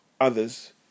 others